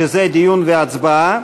שזה דיון והצבעה,